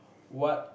what